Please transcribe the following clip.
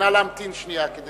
נא להמתין שנייה.